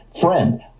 friend